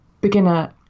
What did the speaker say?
beginner